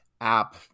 app